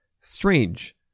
strange